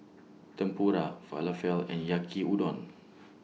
Tempura Falafel and Yaki Udon